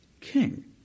king